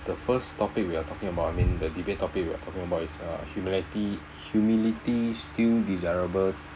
the first topic we are talking about I mean the debate topic we are talking about is uh humility humility still desirable